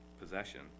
possession